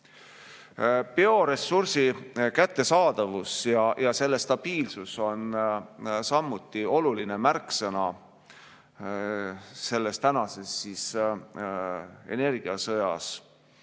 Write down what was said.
Bioressursi kättesaadavus ja selle stabiilsus on samuti olulised märksõnad praeguses energiasõjas.